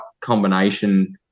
combination